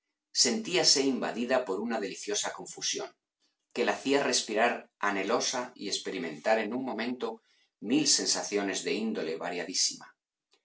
sentíase invadida por una deliciosa confusión que la hacía respirar anhelosa y experimentar en un momento mil sensaciones de índole variadísima